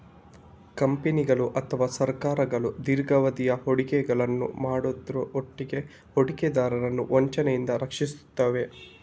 ಕಂಪನಿಗಳು ಅಥವಾ ಸರ್ಕಾರಗಳು ದೀರ್ಘಾವಧಿಯ ಹೂಡಿಕೆಗಳನ್ನ ಮಾಡುದ್ರ ಒಟ್ಟಿಗೆ ಹೂಡಿಕೆದಾರರನ್ನ ವಂಚನೆಯಿಂದ ರಕ್ಷಿಸ್ತವೆ